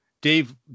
Dave